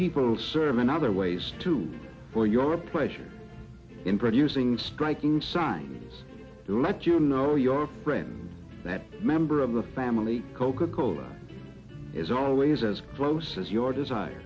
people serve in other ways too for your pleasure in bread using striking sign to let you know your friend that member of the family coca cola is always as close as your desire